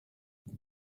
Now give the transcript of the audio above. davo